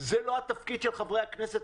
זה לא התפקיד של חברי הכנסת.